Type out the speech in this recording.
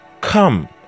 Come